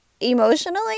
emotionally